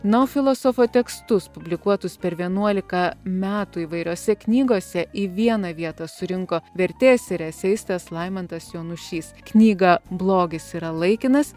nu o filosofo tekstus publikuotus per vienuolika metų įvairiose knygose į vieną vietą surinko vertėjas ir eseistas laimantas jonušys knygą blogis yra laikinas